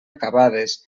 acabades